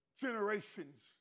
generations